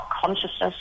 consciousness